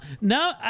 no